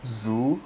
zoo